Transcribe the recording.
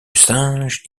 singe